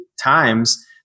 times